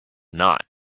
not